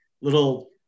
little